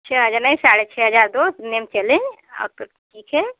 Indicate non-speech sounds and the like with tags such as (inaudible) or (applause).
छे हजार नहीं साढ़े छे हजार दो उतने में चलें (unintelligible) ठीक है